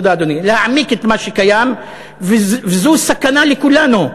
להעמיק את מה שקיים, וזו סכנה לכולנו,